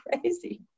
crazy